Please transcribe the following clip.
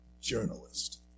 journalist